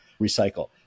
recycle